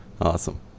Awesome